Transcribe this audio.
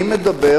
אני מדבר